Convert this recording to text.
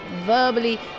verbally